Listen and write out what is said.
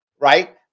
right